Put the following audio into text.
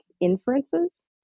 Inferences